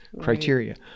criteria